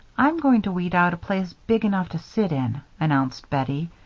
i'm going to weed out a place big enough to sit in, announced bettie.